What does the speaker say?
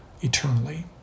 eternally